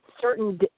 certain